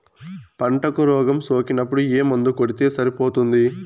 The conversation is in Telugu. పంటకు రోగం సోకినపుడు ఏ మందు కొడితే సరిపోతుంది?